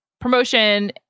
promotion